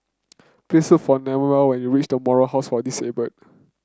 please for Newell when you reach The Moral House for Disabled